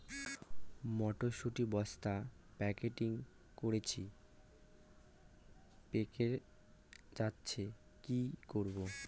মটর শুটি বস্তা প্যাকেটিং করেছি পেকে যাচ্ছে কি করব?